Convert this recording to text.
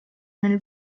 nel